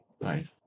Nice